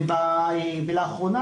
לאחרונה,